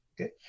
Okay